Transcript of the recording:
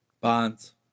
Bonds